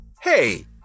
Hey